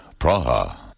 Praha